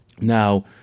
Now